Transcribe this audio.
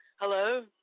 Hello